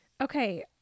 okay